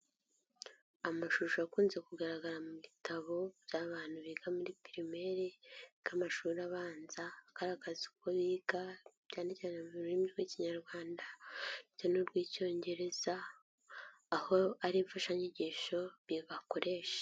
Amashusho akunze kugaragara mu bitabo by'abantu biga muri pirimeri bw'amashuri abanza agaragaza uko biga, cyane cyane mu rurimi rw'ikinyarwanda n'urw'icyongereza, aho ari imfashanyigisho bakoresha.